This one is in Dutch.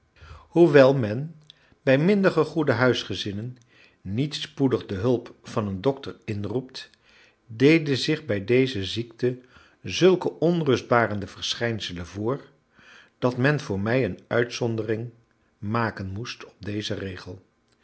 hoewel men bij minder gegoede huisgezinnen niet spoedig de hulp van een dokter inroept deden zich bij deze ziekte zulke onrustbarende verschijnselen voor dat men voor mij een uitzondering maken moest op dezen regel